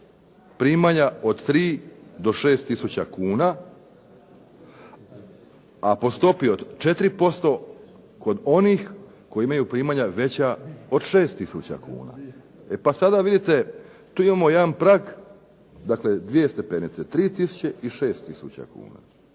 primanja od 3 do 6 tisuća kuna, a po stopi od 4% kod onih koji imaju primanja veća od 6 tisuća kuna. E pa sada vidite tu imamo jedan prag. Dakle dvije stepenice, 3 tisuće i 6 tisuća kuna.